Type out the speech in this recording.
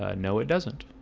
ah no it doesn't